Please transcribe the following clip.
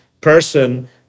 person